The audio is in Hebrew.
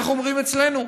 איך אומרים אצלנו?